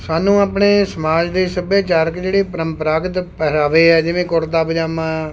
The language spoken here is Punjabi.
ਸਾਨੂੰ ਆਪਣੇ ਸਮਾਜ ਦੇ ਸੱਭਿਆਚਾਰਕ ਜਿਹੜੇ ਪਰੰਪਰਾਗਤ ਪਹਿਰਾਵੇ ਹੈ ਜਿਵੇਂ ਕੁੜਤਾ ਪਜਾਮਾ